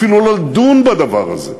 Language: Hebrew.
אפילו לא לדון בדבר הזה,